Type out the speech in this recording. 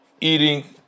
eating